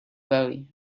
worry